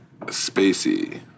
Spacey